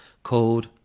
called